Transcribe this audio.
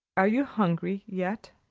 are you hungry, yet?